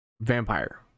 Vampire